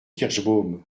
kirschbaum